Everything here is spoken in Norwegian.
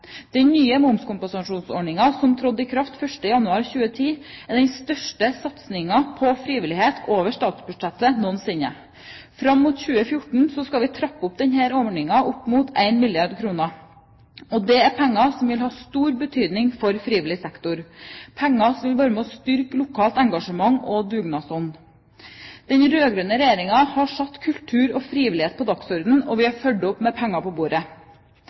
Den nye momskompensasjonsordningen, som trådte i kraft 1. januar 2010, er den største satsingen på frivillighet over statsbudsjettet noensinne. Fram mot 2014 skal vi trappe opp denne ordningen til opp mot 1 milliard kr. Det er penger som vil ha stor betydning for frivillig sektor, penger som vil være med og styrke lokalt engasjement og dugnadsånd. Den rød-grønne regjeringen har satt kultur og frivillighet på dagsordenen, og vi har fulgt opp med penger på bordet.